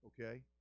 okay